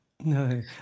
No